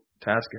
task